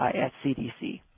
ah and cdc